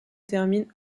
termine